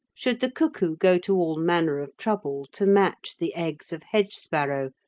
should the cuckoo go to all manner of trouble to match the eggs of hedgesparrow,